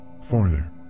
farther